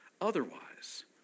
otherwise